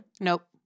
Nope